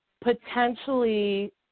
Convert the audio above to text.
potentially